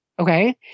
Okay